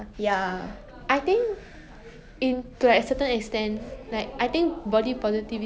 like you know when sometimes you like I think body positivity is very good